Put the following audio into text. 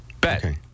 Bet